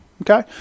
Okay